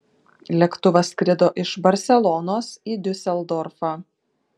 lėktuvas skrido iš barselonos į diuseldorfą